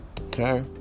Okay